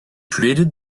created